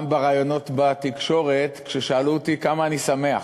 גם בראיונות בתקשורת, כששאלו אותי כמה אני שמח.